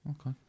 Okay